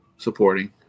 Supporting